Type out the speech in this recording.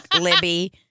Libby